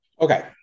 Okay